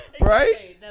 Right